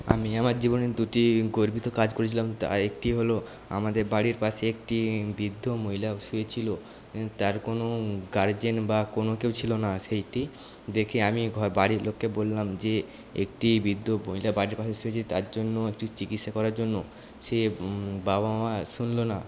আমি আমার জীবনে দুটি গর্বিত কাজ করেছিলাম তার একটি হল আমাদের বাড়ির পাশে একটি বৃদ্ধ মহিলা শুয়েছিল তার কোন গার্জেন বা কোন কেউ ছিল না সেইটি দেখে আমি ঘ বাড়ির লোককে বললাম যে একটি বৃদ্ধ মহিলা বাড়ির বাইরে শুয়ে আছে তার জন্য একটু চিকিৎসা করার জন্য সে বাবা মা শুনলো না